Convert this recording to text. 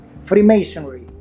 Freemasonry